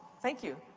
thank you.